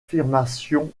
affirmation